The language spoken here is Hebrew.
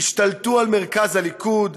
השתלטו על מרכז הליכוד,